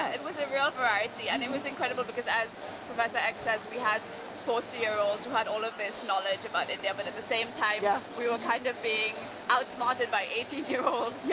it was a real variety and it was incredible, because as professor eck says, we had forty year olds who had all this knowledge about india but at the same time yeah we were kind of being outsmarted by eighteen years old,